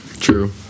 True